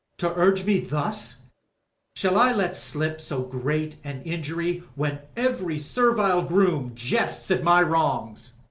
to urge me thus shall i let slip so great an injury, when every servile groom jests at my wrongs,